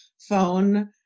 phone